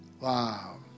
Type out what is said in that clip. Wow